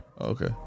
Okay